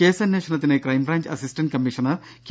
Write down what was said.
കേസന്വേഷണത്തിന് crime branch assistant commissioner K